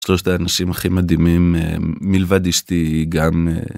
שלושת האנשים הכי מדהימים, מלבד אשתי, היא גם...